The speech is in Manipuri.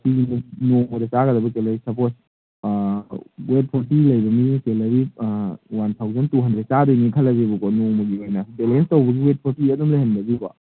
ꯅꯣꯡꯃꯗ ꯆꯥꯒꯗꯕ ꯀꯦꯂꯣꯔꯤ ꯁꯄꯣꯖ ꯋꯦꯠ ꯐꯣꯔꯇꯤ ꯂꯩꯕ ꯃꯤꯅ calorie one thousand two hundred ꯆꯥꯗꯣꯏꯅꯤ ꯈꯜꯂꯁꯦꯕꯀꯣ ꯅꯣꯡꯃꯒꯤ ꯑꯣꯏꯅ ꯕꯦꯂꯦꯟꯁ ꯇꯧꯕꯒꯤ ꯋꯦꯠ ꯐꯣꯔꯇꯤꯗ ꯑꯗꯨꯝ ꯂꯩꯍꯟꯕꯒꯤꯀꯣ